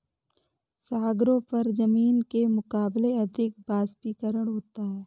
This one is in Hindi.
सागरों पर जमीन के मुकाबले अधिक वाष्पीकरण होता है